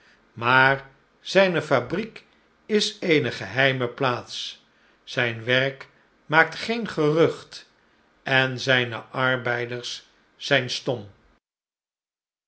maar zijne fabriek is eene geheime plaats zijn werk maakt geen gerucht en zijne arbeiders zijn stom